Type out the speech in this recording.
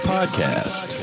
Podcast